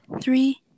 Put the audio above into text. three